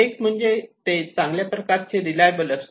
एक म्हणजे चांगल्या प्रकारे रिलायबल असते